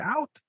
out